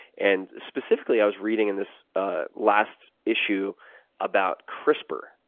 and specifically, i was reading in this last issue about crispr,